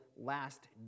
last